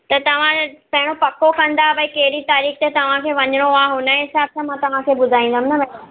त तव्हां पहिरों पको कंदा भई कहिड़ी तारीख़ ते तव्हांखे वञिणो आहे हुनजे हिसाबु सां मां तव्हांखे ॿुधाईंदमि न भेण